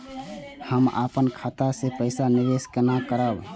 हम अपन खाता से पैसा निवेश केना करब?